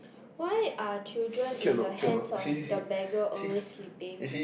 why are children in the hands of the beggar always sleeping